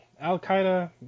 al-Qaeda